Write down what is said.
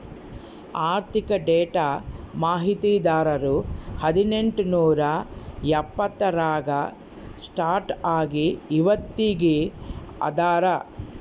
ಆರ್ಥಿಕ ಡೇಟಾ ಮಾಹಿತಿದಾರರು ಹದಿನೆಂಟು ನೂರಾ ಎಪ್ಪತ್ತರಾಗ ಸ್ಟಾರ್ಟ್ ಆಗಿ ಇವತ್ತಗೀ ಅದಾರ